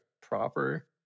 proper